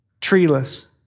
treeless